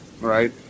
right